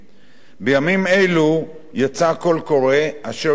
בימים אלו יצא קול קורא להרחבת